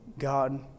God